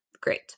great